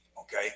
okay